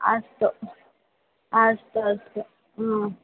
अस्तु अस्तु अस्तु